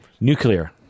Nuclear